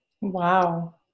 Wow